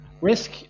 Risk